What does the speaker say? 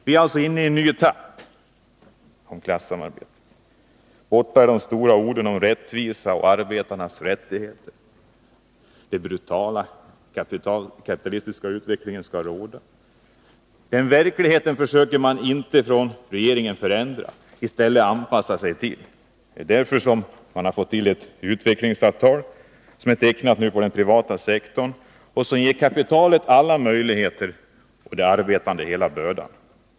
Vi är inne i en ny etapp när det gäller klassamarbetet. Borta är de stora orden om rättvisa och arbetarnas rättigheter. Den brutala kapitalistiska utvecklingen får råda. Den verkligheten försöker regeringen inte förändra. I stället anpassar man sig till den. Det är därför som det utvecklingsavtal som nu är tecknat på den privata sektorn är ett avtal som ger kapitalet alla möjligheter och de arbetande hela bördan.